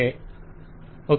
client okay